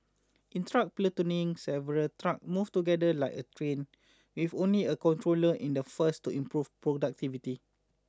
in truck platooning several trucks move together like a train with only a controller in the first to improve productivity